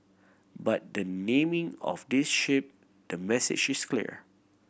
but the naming of this ship the message is clear